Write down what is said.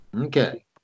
Okay